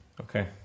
Okay